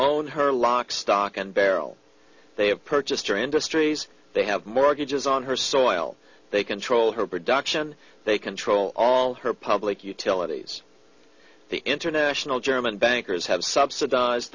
own her lock stock and barrel they have purchased your industries they have mortgages on her soil they control her production they control all her public utilities the international german bankers have subsidize